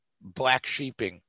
black-sheeping